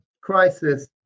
crisis